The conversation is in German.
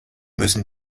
müssen